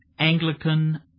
anglican